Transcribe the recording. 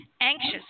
anxious